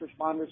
responders